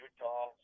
Utah